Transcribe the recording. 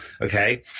Okay